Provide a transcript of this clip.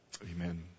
Amen